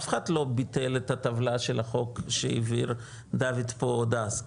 אף אחד לא ביטל את הטבלה של החוק שהבהיר דוד פה עוד אז,